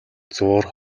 зуур